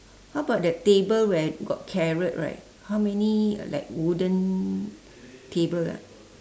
how about that table where got carrot right how many like wooden table ah